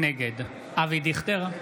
נגד אבי דיכטר,